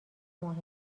ماهی